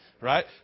right